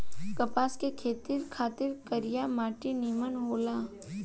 कपास के खेती खातिर करिया माटी निमन होला